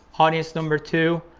audience number two,